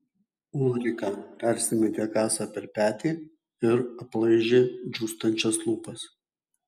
ulrika persimetė kasą per petį ir aplaižė džiūstančias lūpas